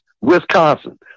Wisconsin